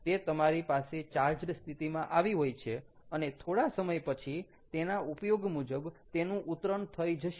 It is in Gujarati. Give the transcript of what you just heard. તે તમારી પાસે ચાર્જ્ડ સ્થિતિમાં આવી હોય છે અને થોડા સમય પછી તેના ઉપયોગ મુજબ તેનું ઉતરણ થઈ જશે